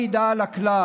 אך אינה מעידה על הכלל,